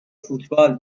فوتبال